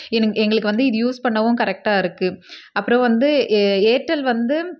எங் எங்களுக்கு வந்து இது யூஸ் பண்ணவும் கரெக்டாக இருக்குது அப்புறம் வந்து ஏ ஏர்டெல் வந்து